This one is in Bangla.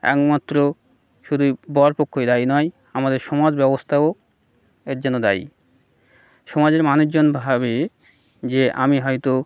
একমাত্র শুধুই বরপক্ষই দায়ী নয় আমাদের সমাজব্যবস্থাও এর জন্য দায়ী সমাজের মানুষজন ভাবে যে আমি হয়তো